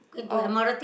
oh